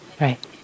Right